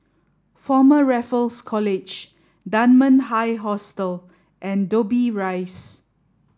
Former Raffles College Dunman High Hostel and Dobbie Rise